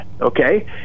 Okay